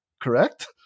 correct